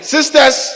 Sisters